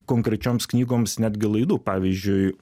konkrečioms knygoms netgi laidų pavyzdžiui